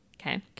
Okay